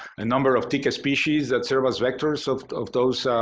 number of tick species that serve as vectors of of those